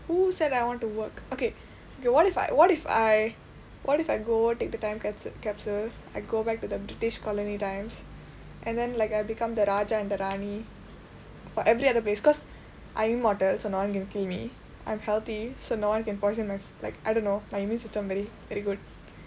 who said I want to work okay ya what if what if I what if I go take the time capsule capsule I go back to the british colony times and then like I become the raja and the rani for every other place cause I'm immortal so one can kill me I'm healthy so no one can poison my like I dunno my immune system very very good